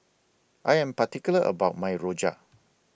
I Am particular about My Rojak